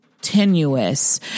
tenuous